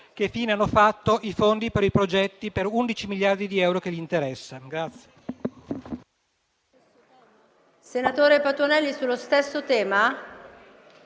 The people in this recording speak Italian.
che fine hanno fatto i fondi per i progetti per 11 miliardi di euro che sono di